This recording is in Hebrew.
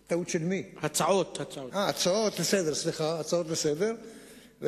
סליחה, הצעות לסדר-היום.